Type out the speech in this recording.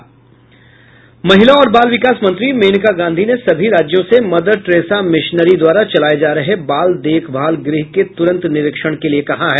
महिला और बाल विकास मंत्री मेनका गांधी ने सभी राज्यों से मदर टेरेसा मिशनरी द्वारा चलाये जा रहे बाल देखभाल गृह के तुरंत निरीक्षण के लिए कहा है